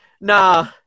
nah